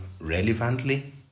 relevantly